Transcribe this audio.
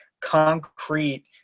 concrete